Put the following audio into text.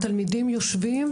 התלמידים יושבים,